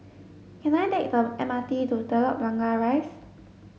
can I take the M R T to Telok Blangah Rise